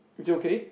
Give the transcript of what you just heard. is it okay